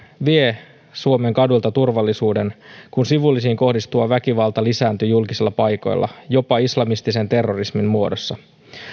vie suomen kaduilta turvallisuuden kun sivullisiin kohdistuva väkivalta lisääntyy julkisilla paikoilla jopa islamistisen terrorismin muodossa